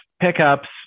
pickups